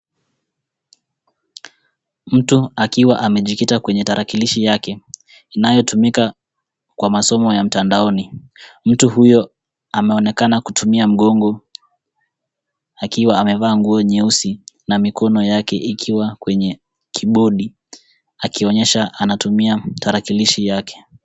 Mtu akiwa amejikita kwenye tarakilishi yake inayotumika kwa masomo ya mtandaoni. Mtu huyo ameonekana kutumia mgongo akiwa amevaa nguo nyeusi na mikono yake ikiwa kwenye kiibodi akionyesha anatumia tarakilishi yake.